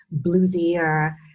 bluesier